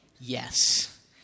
yes